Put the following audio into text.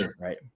right